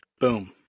Boom